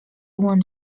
won